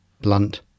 blunt